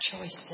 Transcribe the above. choices